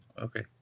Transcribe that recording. Okay